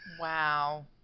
Wow